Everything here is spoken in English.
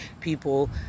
people